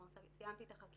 זאת אומרת סיימתי את החקירה,